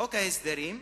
חוק ההסדרים,